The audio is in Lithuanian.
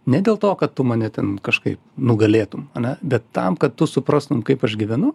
ne dėl to kad tu mane ten kažkaip nugalėtum ane bet tam kad tu suprastum kaip aš gyvenu